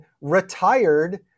retired